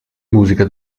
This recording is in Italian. musica